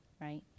right